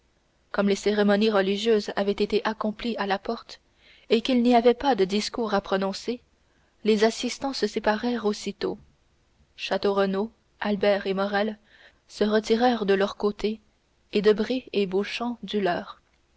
comme les cérémonies religieuses avaient été accomplies à la porte et qu'il n'y avait pas de discours à prononcer les assistants se séparèrent aussitôt château renaud albert et morrel se retirèrent de leur côté et debray et beauchamp du leur